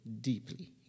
deeply